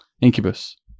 Incubus